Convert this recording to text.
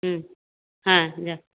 হুম হ্যাঁ যা